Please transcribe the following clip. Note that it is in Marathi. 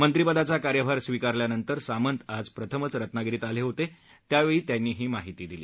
मंत्रीपदाचा कार्यभार स्वीकारल्यानंतर सामंत आज प्रथमच रत्नागिरीत आले होते त्यावेळी त्यांनी ही माहिती दिली